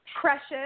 precious